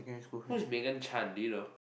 who's Megan-Chan do you know